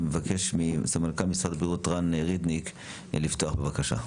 אני אבקש מסמנכ''ל משרד הבריאות רן רידניק לפתוח בבקשה.